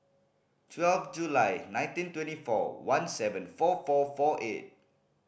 twelve July nineteen twenty four one seven four four four eight